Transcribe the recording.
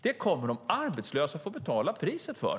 Det kommer de arbetslösa att få betala priset för.